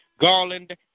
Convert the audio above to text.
Garland